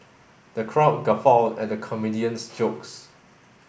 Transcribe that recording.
the crowd guffawed at the comedian's jokes